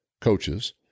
coaches